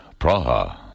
Praha